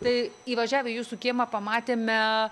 tai įvažiavę į jūsų kiemą pamatėme